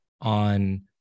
on